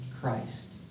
Christ